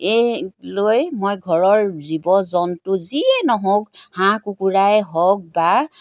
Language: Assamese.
এই লৈ মই ঘৰৰ জীৱ জন্তু যিয়ে নহওক হাঁহ কুকুৰাই হওক বা